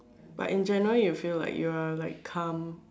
but in general you feel like you are like calm